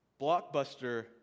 Blockbuster